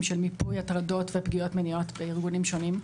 של מיפוי הטרדות ופגיעות מיניות בארגונים שונים.